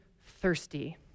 thirsty